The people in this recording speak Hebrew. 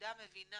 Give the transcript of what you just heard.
שהיחידה מבינה